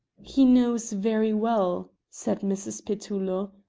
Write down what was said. he knows very well, said mrs. petullo.